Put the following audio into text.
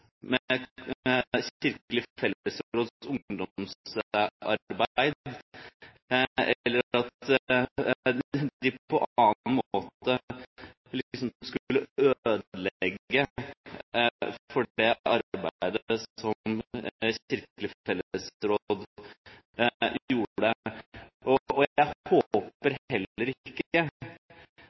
Kirkelig fellesråds ungdomsarbeid, eller at de på annen måte skulle ødelegge for det arbeidet som Kirkelig fellesråd gjorde. Jeg håper heller ikke